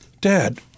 dad